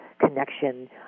connection